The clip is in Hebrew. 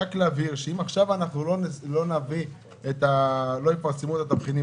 רק להבהיר שאם עכשיו לא יפרסמו את התבחינים